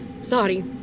Sorry